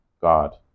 God